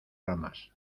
ramas